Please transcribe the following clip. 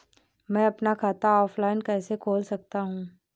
मैं अपना खाता ऑफलाइन कैसे खोल सकता हूँ?